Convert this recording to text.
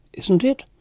isn't it?